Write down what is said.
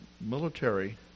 military